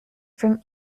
from